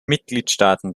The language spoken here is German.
mitgliedstaaten